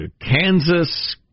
Kansas